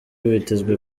bitezwe